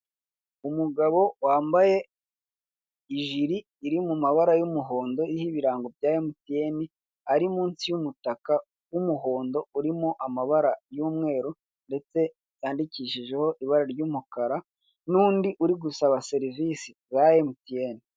Umugabo wambaye ijri iri mu mabara y'umuhondo iriho ibirango bya Emutiyeni. Ari munsi y'umutaka w'umuhondo urimo amabara y'umweru ndetse yandikishijeho ibara ry'umukara n'undi uri gusaba serivisi za Emutiyeni.